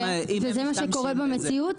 וזה מה שקורה במציאות?